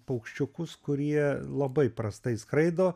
paukščiukus kurie labai prastai skraido